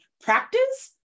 practice